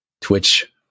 Twitch